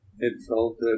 insulted